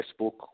Facebook